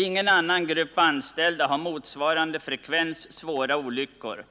Ingen annan grupp anställda har motsvarande frekvens svåra olyckor.